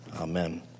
amen